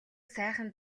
сайхан